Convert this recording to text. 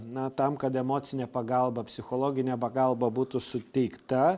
na tam kad emocinė pagalba psichologinė pagalba būtų suteikta